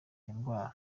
ndwara